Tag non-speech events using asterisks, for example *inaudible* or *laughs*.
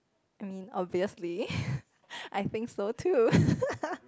I mean obviously *laughs* I think so too *laughs*